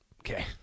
Okay